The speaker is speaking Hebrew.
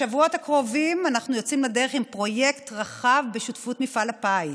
בשבועות הקרובים אנחנו יוצאים לדרך עם פרויקט רחב בשותפות מפעל הפיס,